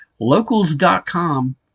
Locals.com